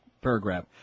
paragraph